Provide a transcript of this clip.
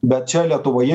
bet čia lietuvoje